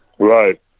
Right